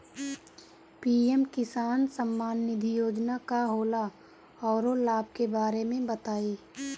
PM Kisan Samman Nidhi योजना का होला औरो लाभ के बारे में बताई?